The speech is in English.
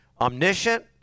Omniscient